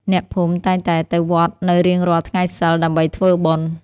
អ្នកភូមិតែងតែទៅវត្តនៅរៀងរាល់ថ្ងៃសីល ដើម្បីធ្វើបុណ្យ។